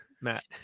Matt